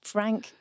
Frank